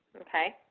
okay,